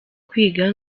kwiga